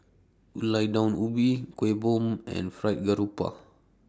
Gulai Daun Ubi Kueh Bom and Fried Garoupa